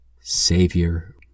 Savior